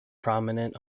prominent